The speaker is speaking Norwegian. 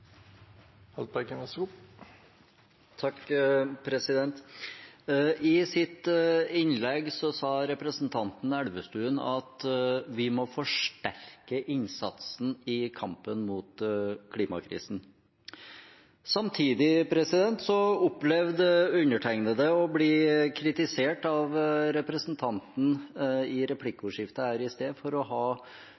I sitt innlegg sa representanten Elvestuen at vi må forsterke innsatsen i kampen mot klimakrisen. Samtidig opplevde undertegnede å bli kritisert av representanten i